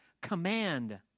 command